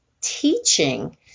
teaching